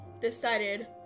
decided